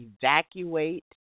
evacuate